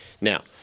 now